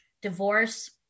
divorce